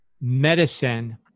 medicine